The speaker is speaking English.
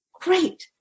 great